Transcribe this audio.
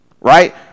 Right